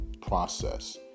process